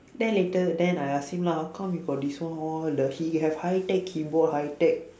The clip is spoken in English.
then later then I ask him lah how come you got this one all the he have high-tech keyboard high-tech